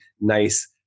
nice